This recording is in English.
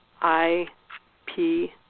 I-P